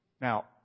Now